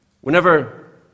Whenever